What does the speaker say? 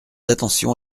attention